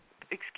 Excuse